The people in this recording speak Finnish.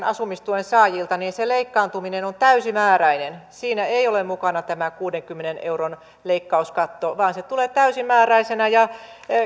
asumistuen saajilta se leikkaantuminen on täysimääräinen siinä ei ole mukana tämä kuudenkymmenen euron leikkauskatto vaan se tulee täysimääräisenä